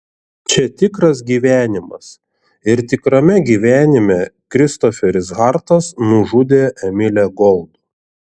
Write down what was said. čia tikras gyvenimas ir tikrame gyvenime kristoferis hartas nužudė emilę gold